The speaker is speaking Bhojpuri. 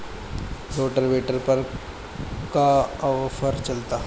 रोटावेटर पर का आफर चलता?